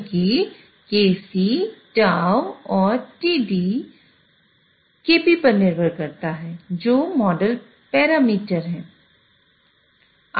क्योंकि Kc τ td और Kp पर निर्भर करता हैजो मॉडल पैरामीटर हैं